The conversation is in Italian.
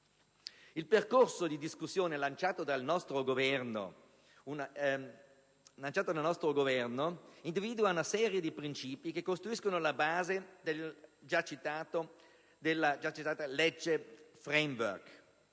Il percorso di discussione lanciato dal Governo individua una serie di principi che costituiscono la base del già citato Lecce *Framework*,